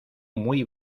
muy